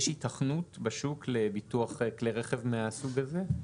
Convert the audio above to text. יש היתכנות בשוק לביטוח כלי רכב מהסוג הזה?